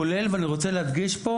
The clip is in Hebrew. כולל ואני מדגיש את זה